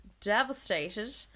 devastated